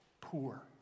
poor